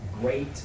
great